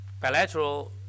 bilateral